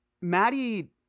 Maddie